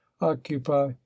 occupy